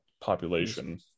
population